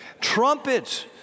trumpets